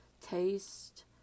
Taste